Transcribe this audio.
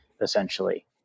essentially